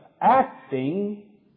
acting